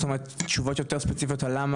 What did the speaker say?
זאת אומרת תשובות יותר ספציפיות על למה